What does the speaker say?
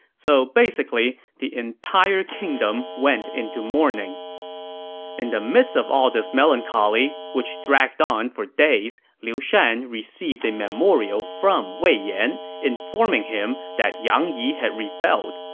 so basically, the entire kingdom went into mourning in the midst of this melancholy, which dragged on for days, liu shan received a memorial from wei yan, informing him that yang yi had rebelled.